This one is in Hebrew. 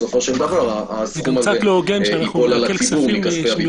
והסכום הזה ייפול על הציבור מכספי הביטוח הלאומי,